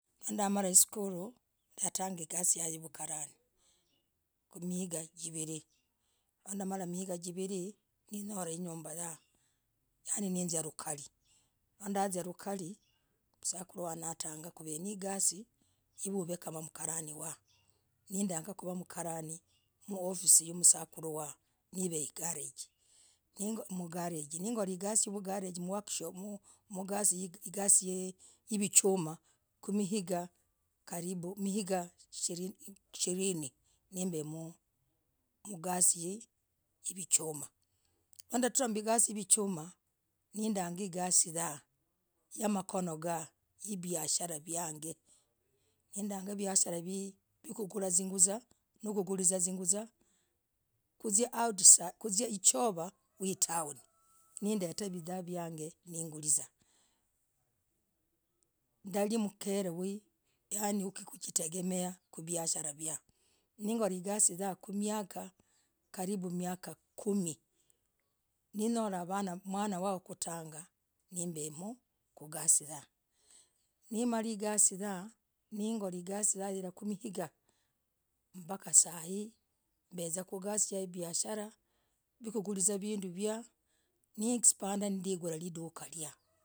Nindamara hisukuluu ndatangah igasii yah yavukaranii miingah jivirii na ndamalah miingah jivirii ninyolah inyumbah yah yani nizia lukariir nondazia lukariir msakuru wahh natagah kunaigasii iv uv kamah makarani wah nindangaa kuvaa mkarani mwofisii wasakuruu wah niveigarijii ng'oo nikorah igasii ya igarejii igasii yavichumaah ku mingaa karibu hishirinii nimb mgasii yavichumaah ndatrah mgasii yavichumaah nindangaa igasii yah yamakono gaah hibishara yang nindangaa visharah yakurah zuguzah no kuguzah zuguzah kukuzia out side kuizirah ichovaa mwii town nindetah vidhaa yag nigulizaa ndali mkere yani yakujitegemeeha kuviashara vyaah nongolah igasii yaah kumikah karibu miakah kumi ni ngolah avanaa mwana wah wakutangah nimbemm kugasii yah nomalah igasii yah nigolah igasii yah imalizikah mpakah sai mbezah kugasii yah yabiasharah ikungulizaa vinduu vyaah nixpanah nigulah lidukah liyaa.